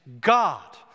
God